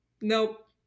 Nope